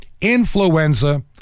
influenza